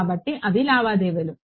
కాబట్టి అవి లావాదేవీలు